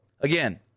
again